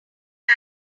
man